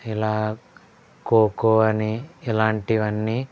ఇలా ఖోఖో అని ఇలాంటివి అన్నీ